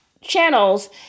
channels